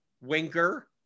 winker